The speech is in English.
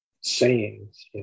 sayings